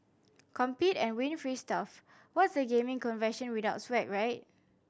compete and win free stuff What's a gaming convention without swag right